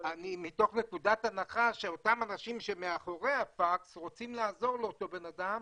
מתוך נקודת הנחה שאותם אנשים מאחורי הפקס רוצים לעזור לאותו בן אדם,